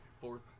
fourth